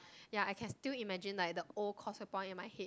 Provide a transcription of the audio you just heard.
ya I can still imagine like the old Causeway Point in my head